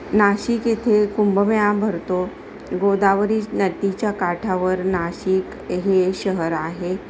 नाशिक येथे कुंभमेळा भरतो गोदावरी नदीच्या काठावर नाशिक हे शहर आहे